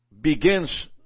begins